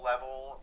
level